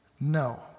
no